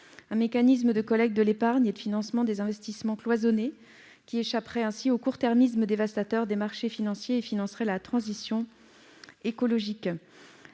un mécanisme de collecte de l'épargne et de financement des investissements cloisonnés, qui échapperait au court-termisme dévastateur des marchés financiers et soutiendrait la transition écologique.